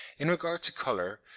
in regard to colour,